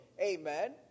Amen